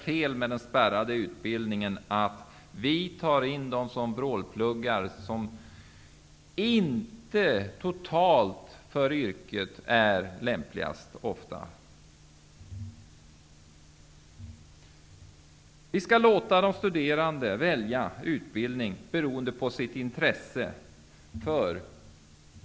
Felet med den spärrade utbildningen är att vi tar in de som vrålpluggar, de som ofta inte totalt sett är de lämpligaste för yrket. Vi skall låta de studerande välja utbildning beroende på sitt intresse.